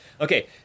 Okay